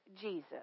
Jesus